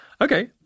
Okay